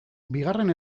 bigarren